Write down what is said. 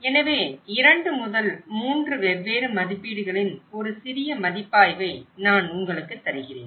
எனவே 2 முதல் 3 வெவ்வேறு மதிப்பீடுகளின் ஒரு சிறிய மதிப்பாய்வை நான் உங்களுக்கு தருகிறேன்